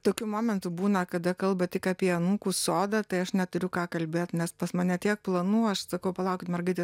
tokių momentų būna kada kalba tik apie anūkus sodą tai aš neturiu ką kalbėt nes pas mane tiek planų aš sakau palaukit mergaitė